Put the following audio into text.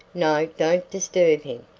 no, don't disturb him,